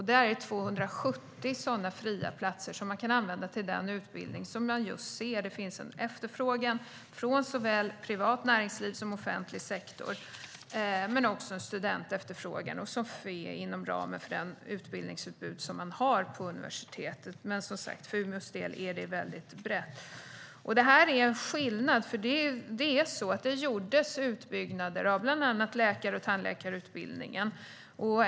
Det är 270 fria platser som man kan använda till den utbildning där man ser att det finns en efterfrågan från såväl privat näringsliv som offentlig sektor men också en studentefterfrågan. Det sker inom ramen för det utbildningsutbud som man har på universitetet. Men, som sagt, för Umeås del är det väldigt brett. Det här är en skillnad. Det gjordes utbyggnader av bland annat läkar och tandläkarutbildningarna.